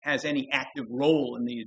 has any active role in the